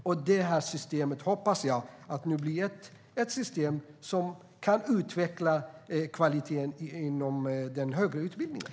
Jag hoppas att det här systemet nu blir ett system som kan utveckla kvaliteten inom den högre utbildningen.